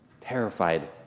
terrified